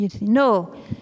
no